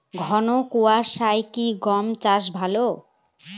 ঘন কোয়াশা কি গম চাষে ভালো?